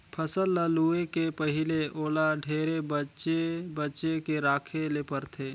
फसल ल लूए के पहिले ओला ढेरे बचे बचे के राखे ले परथे